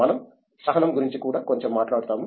మనం సహనం గురించి కూడా కొంచెం మాట్లాడుతాము